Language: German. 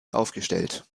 aufgestellt